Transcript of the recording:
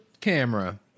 camera